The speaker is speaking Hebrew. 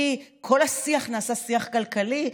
כי כל השיח נעשה שיח כלכלי.